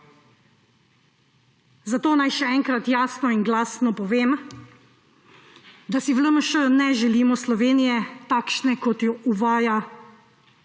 Zato naj še enkrat jasno in glasno povem, da si v LMŠ ne želimo Slovenije takšne, kot jo uvaja